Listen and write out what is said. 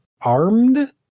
armed